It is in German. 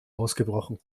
ausgebrochen